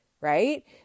right